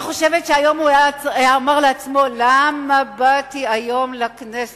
אני חושבת שהיום הוא אומר לעצמו: למה באתי היום לכנסת?